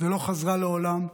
ולא חזרה מעולם,